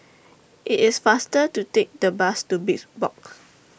IT IS faster to Take The Bus to Box